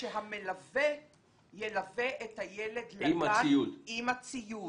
שהמלווה ילווה את הילד לגן עם הציוד.